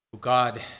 God